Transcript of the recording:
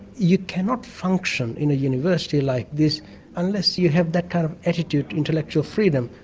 you cannot function in a university like this unless you have that kind of attitude to intellectual freedom.